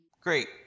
Great